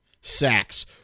sacks